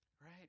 right